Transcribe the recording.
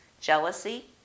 jealousy